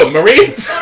Marines